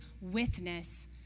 witness